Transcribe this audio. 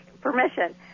permission